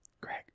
greg